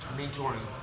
mentoring